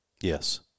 Yes